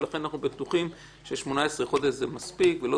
לכן אנחנו גם בטוחים ש-18 חודשים זה מספיק ולא